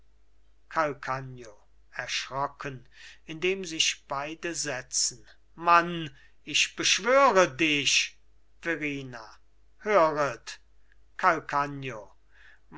erschrocken indem sich beide setzen mann ich beschwöre dich verrina höret